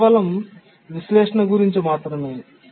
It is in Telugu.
ఇది కేవలం విశ్లేషణ కోసం మాత్రమే